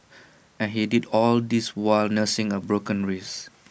and he did all of this while nursing A broken wrist